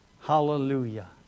hallelujah